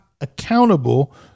accountable